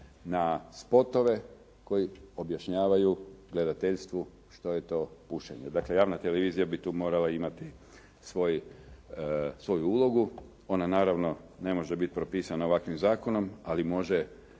na spotove koji objašnjavaju gledateljstvu što je to pušenje. Dakle, javna televizija bi tu morala imati svoju ulogu. Ona naravno ne može biti propisana ovakvim zakonom, ali može